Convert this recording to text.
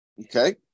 Okay